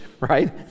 right